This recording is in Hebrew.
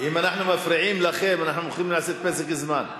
אנחנו מפריעים לכם, אנחנו מוכנים לעשות פסק זמן.